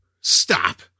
stop